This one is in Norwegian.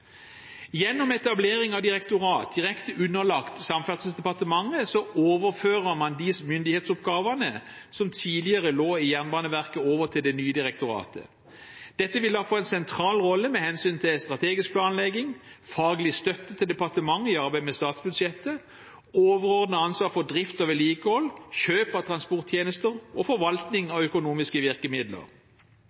Gjennom etablering av et direktorat direkte underlagt Samferdselsdepartementet overfører man de myndighetsoppgavene som tidligere lå i Jernbaneverket, til det nye direktoratet. Dette vil da få en sentral rolle med hensyn til strategisk planlegging, faglig støtte til departementet i arbeidet med statsbudsjettet, overordnet ansvar for drift og vedlikehold, kjøp av transporttjenester og forvaltning av økonomiske virkemidler.